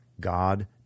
God